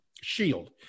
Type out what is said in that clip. shield